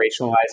operationalize